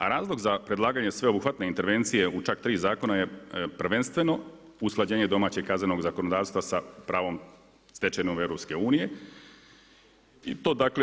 A razlog za predlaganje sveobuhvatne intervencije u čak tri zakona je prvenstveno, usklađenje domaćeg i kaznenog zakonodavstva sa pravnom stečevinom EU-a.